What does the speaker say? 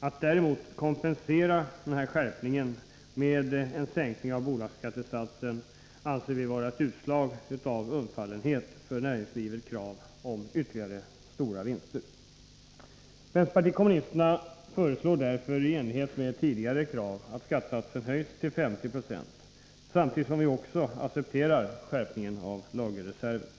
Att däremot kompensera denna skärpning med en sänkning av bolagsskattesatsen anser vi vara ett utslag av undfallenhet för näringslivets krav på ytterligare stora vinster. Vänsterpartiet kommunisterna föreslår därför i enlighet med tidigare krav att skattesatsen höjs till 50 96 samtidigt som vi också accepterar skärpningen av lagerreserven.